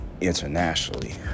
internationally